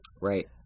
Right